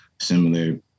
similar